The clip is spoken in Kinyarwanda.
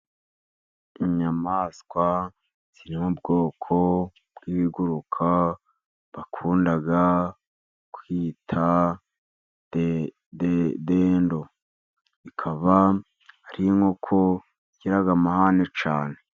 Inyamaswa yo mu bwoko bw'ibiguruka bakunda kwita dendo. Ikaba ari inkoko igira amahane cyane.